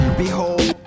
behold